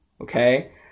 Okay